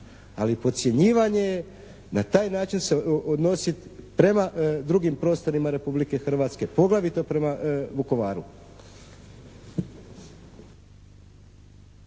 Ali podcjenjivanje je, na taj način se odnosit prema drugim prostorima Republike Hrvatske poglavito prema Vukovaru.